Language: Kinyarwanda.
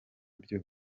byose